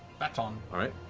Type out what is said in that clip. matt um all right.